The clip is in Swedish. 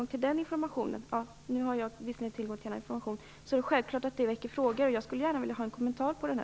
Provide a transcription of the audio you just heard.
För oss som läser tidningar och har tillgång till information är det självklart att detta väcker frågor. Jag skulle gärna vilja ha en kommentar till detta.